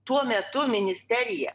tuo metu ministerija